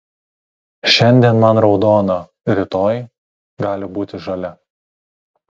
šiandien man raudona rytoj gali būti žalia